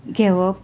घेवप